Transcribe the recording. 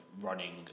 running